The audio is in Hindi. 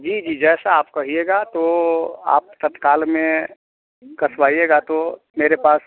जी जी जैसा आप कहिएगा तो आप तत्काल में कसवाइएगा तो मेरे पास